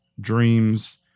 dreams